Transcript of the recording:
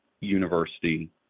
university